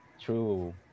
True